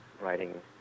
Writing